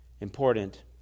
important